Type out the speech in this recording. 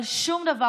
אבל שום דבר,